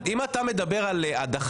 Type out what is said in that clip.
אם אתה מדבר על הדחה,